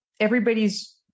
everybody's